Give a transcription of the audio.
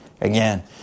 Again